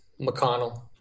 McConnell